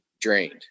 drained